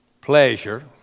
pleasure